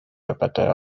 õpetaja